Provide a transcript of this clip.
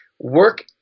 work